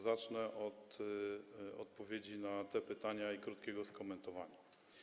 Zacznę od odpowiedzi na te pytania i krótkiego skomentowania.